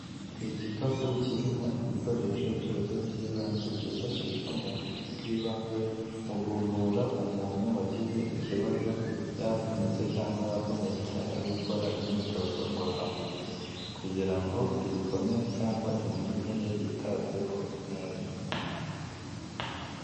Igikapu kirimo ibikoresho byose by'ibanze byifashishwa mu buvuzi bw'ibanze mu kuvura umuntu wagize ikibazo yavunyitse cyangwa yakomeretse ari gukora imyitozo ngororamubiri kugira ngo ibikomere cyangwa imvune ye yitabweho neza.